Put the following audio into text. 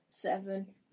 Seven